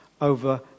over